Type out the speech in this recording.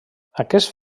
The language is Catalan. aquest